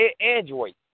android